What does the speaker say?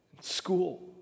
school